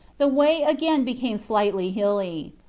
the way again became slightly hilly.